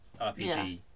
RPG